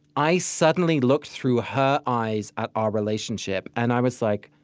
i suddenly looked through her eyes at our relationship, and i was like,